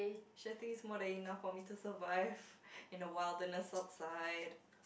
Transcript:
should I think this is more than enough for me to survive in the wilderness outside